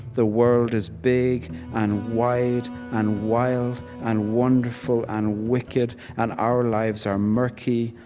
the world is big and wide and wild and wonderful and wicked, and our lives are murky,